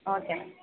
okay madam